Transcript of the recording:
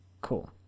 cool